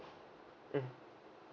mm